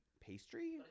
pastry